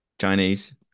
Chinese